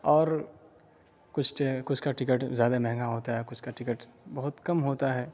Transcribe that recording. اور کچھ کچھ کا ٹکٹ زیادہ مہنگا ہوتا ہے کچھ کا ٹکٹ بہت کم ہوتا ہے